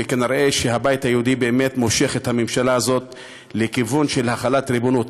וכנראה הבית היהודי באמת מושך את הממשלה הזאת לכיוון של החלת ריבונות.